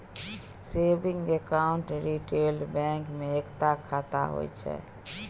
saving account retail bank मे एकता खाता होइ छै